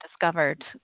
discovered